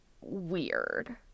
weird